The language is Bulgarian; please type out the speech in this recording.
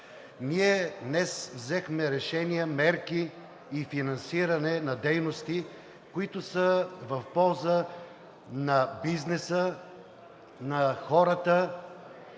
Ние днес взехме решения, мерки и финансиране на дейности, които са в полза на бизнеса и на хората,